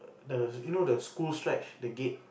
the you know the school stretch the gate